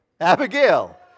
Abigail